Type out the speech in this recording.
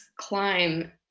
climb